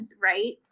right